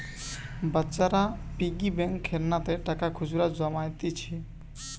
বাচ্চারা piggy bank খেলনাতে টাকা খুচরা জমাইতিছে